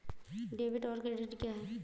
Debit और credit क्या है?